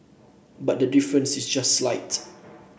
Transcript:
but the difference is just slight